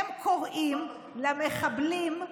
הם קוראים למחבלים,